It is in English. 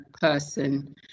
person